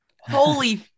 Holy